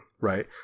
right